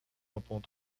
aponta